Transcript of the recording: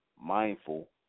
mindful